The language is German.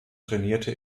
trainierte